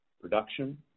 production